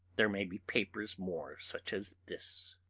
there may be papers more such as this.